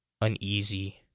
uneasy